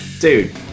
dude